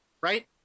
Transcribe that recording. Right